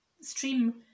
stream